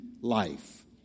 life